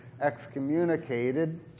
excommunicated